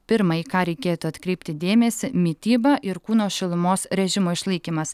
pirma į ką reikėtų atkreipti dėmesį mityba ir kūno šilumos režimo išlaikymas